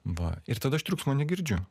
va ir tada aš triukšmo negirdžiu